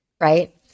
right